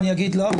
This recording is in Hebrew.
אני אגיד לך.